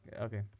okay